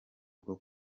bwo